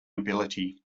ability